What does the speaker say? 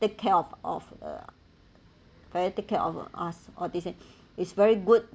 take care of of a very take care of us all these thing it's very good